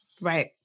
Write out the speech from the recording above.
Right